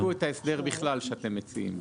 בואו תציגו את ההסדר בכלל שאתם מציעים.